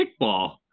kickball